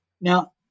Now